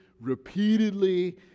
repeatedly